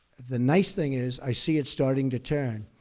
the nice thing is i see it starting to turn,